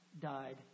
died